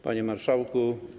Panie Marszałku!